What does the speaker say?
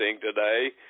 today